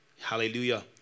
hallelujah